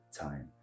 time